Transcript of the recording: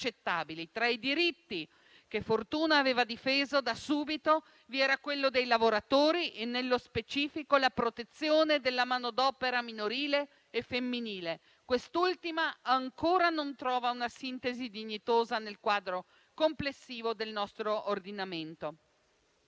Tra i diritti che Fortuna difese da subito vi sono quello dei lavoratori e, nello specifico, la protezione della manodopera minorile e femminile (e quest'ultima ancora non trova una sintesi dignitosa nel quadro complessivo del nostro ordinamento).